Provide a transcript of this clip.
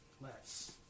Less